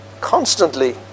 constantly